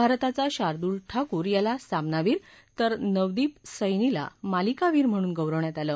भारताचा शार्दुल ठाकूर याला सामनावीर तर नवदीप सैनीला मालिकवीर म्हणून गौरवण्यात आलं